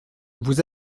vous